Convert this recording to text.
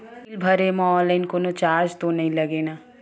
Bill भरे मा online कोनो चार्ज तो नई लागे ना?